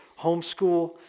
homeschool